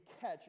catch